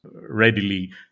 readily